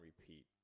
repeat